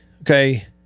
okay